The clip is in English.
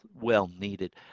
well-needed